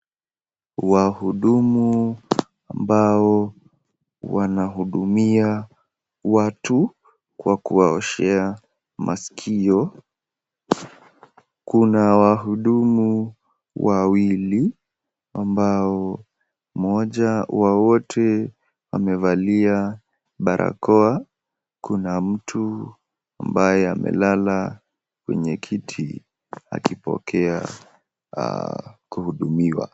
Wahudumu ambao wanahudumia watu kwa kuwaoshea maskio, kuna wahudumu wawili ambao mmoja wa wote amevalia barakoa, kuna mtu ambaye amelala kwenye kiti akipokea kuhudumiwa.